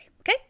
okay